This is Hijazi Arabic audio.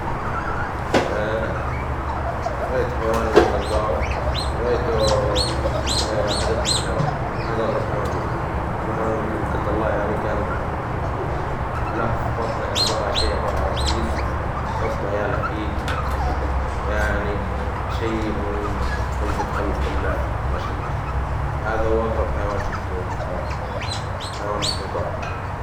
رأيت حيوان الكنجارو رأيته حديقة الحيوان. هذا أغرب حيوان شفته، سبحان خلقة الله يعني كان له في بطنه عبارة عن شيء عبارة عن كيس يحط عياله فيه، يعني شيء من عجبة خلق الله يعني ما شا الله، هذا هو أغرب حيوان شفته في حياتي، حيوان الكنجارو.